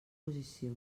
posició